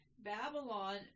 Babylon